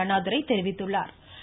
அண்ணாதுரை தெரிவித்துள்ளாா்